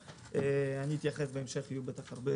אחר כך אתייחס, יהיו בטח הרבה